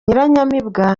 nyiranyamibwa